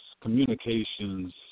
communications